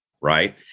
right